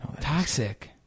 Toxic